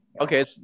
Okay